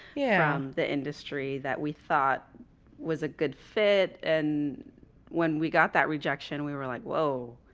yeah, um the industry that we thought was a good fit. and when we got that rejection, we were like, whoa,